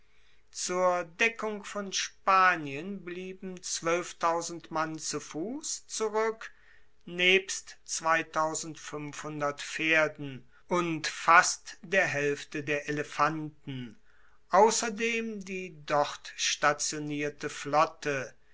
zur deckung von spanien blieben mann zu fuss zurueck nebst pferden und fast der haelfte der elefanten ausserdem die dort stationierte flotte